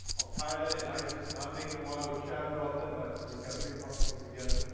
al-qaeda and isis not making a lot of chatter about them but we've got big problems, again.